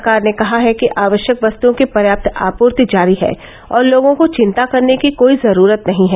सरकार ने कहा है कि आवश्यक वस्तओं को पर्याप्त आपूर्ति जारी है और लोगों को चिंता करने की कोई जरूरत नहीं है